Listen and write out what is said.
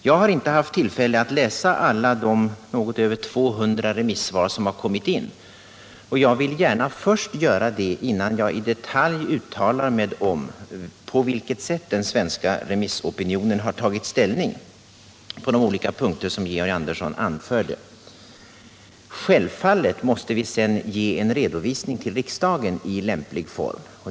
Jag har inte haft tillfälle att läsa alla de något över 200 remissvar som kommit in, och jag vill gärna göra det innan jag i detalj uttalar mig om på vilket sätt den svenska remissopinionen tagit ställning på de olika punkter som Georg Andersson här tagit upp. Självfallet måste vi sedan ge en redovisning till riksdagen i lämplig form.